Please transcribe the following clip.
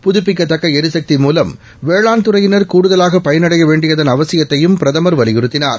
புதப்பிக்கத்தக்க ளிசக்தி மூலம் வேளாண் துறையினர் கூடுதலாக பயனடைய வேண்டியதன் அவசியத்தையும் பிரதமர் வலியுறுத்தினார்